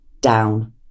Down